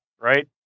right